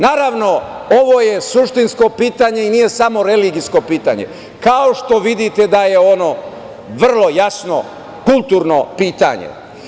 Naravno, ovo je suštinsko pitanje i nije samo religijsko pitanje, kao što vidite da je ono vrlo jasno kulturno pitanje.